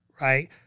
right